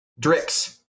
Drix